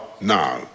now